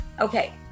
Okay